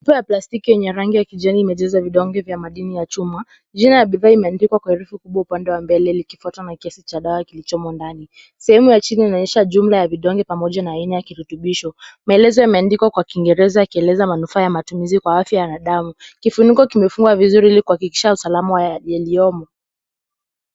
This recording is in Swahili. Chupa ya plastiki yenye rangi ya kijani imejazwa vidonge vya madini ya chuma . Jina ya bidhaa imeandikwa kwa herufi kubwa upande mbele likifuatwa na kiasi cha dawa kilichomo ndani . Sehemu ya chini inaonyesha jumla ya vidonge pamoja na aina ya kirutubisho . Maelezo yameandikwa kwa kingereza yakieleza manufaa ya matumizi kwa afya na damu . Kifuniko kimefungwa vizuri ili kuhakikisha usalama wa yaliyomo.